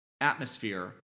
atmosphere